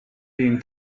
been